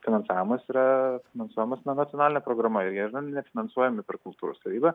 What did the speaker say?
finansavimas yra finansuojamas na nacionaline programa ir jie nefinansuojami per kultūros tarybą